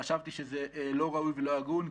חשבתי שזה לא ראוי ולא הגון,